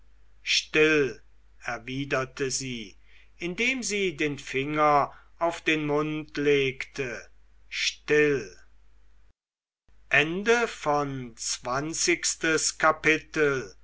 still erwiderte sie indem sie den finger auf den mund legte still